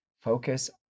focus